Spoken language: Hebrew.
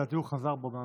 לדעתי הוא חזר בו מהאמירה.